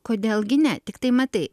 kodėl gi ne tiktai matai